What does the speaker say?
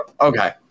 okay